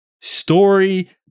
story